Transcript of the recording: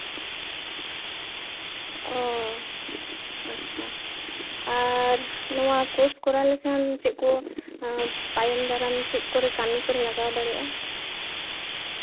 ᱚ ᱟᱪᱪᱷᱟ ᱟᱨ ᱱᱚᱣᱟ ᱠᱳᱨᱥ ᱠᱚᱨᱟᱣ ᱞᱮᱠᱷᱟᱱ ᱪᱮᱫ ᱠᱚ ᱛᱟᱭᱚᱢ ᱫᱟᱨᱟᱢ ᱪᱮᱫ ᱠᱚᱨᱮ ᱠᱟᱹᱢᱤ ᱠᱚᱨᱮ ᱞᱟᱜᱟᱣ ᱫᱟᱲᱮᱭᱟᱜᱼᱟ